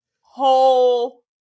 Whole